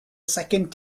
second